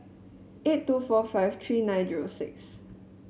eight two four five three nine zero six